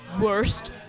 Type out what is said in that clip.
worst